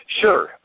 Sure